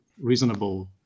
reasonable